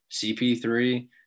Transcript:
CP3